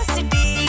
City